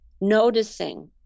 noticing